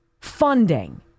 funding